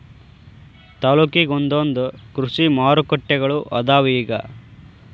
ತಾಲ್ಲೂಕಿಗೊಂದೊಂದ ಕೃಷಿ ಮಾರುಕಟ್ಟೆಗಳು ಅದಾವ ಇಗ